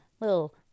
little